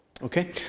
Okay